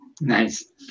Nice